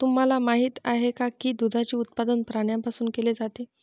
तुम्हाला माहित आहे का की दुधाचे उत्पादन प्राण्यांपासून केले जाते?